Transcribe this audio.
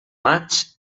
maig